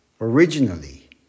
Originally